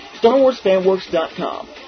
StarWarsFanWorks.com